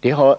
Det är en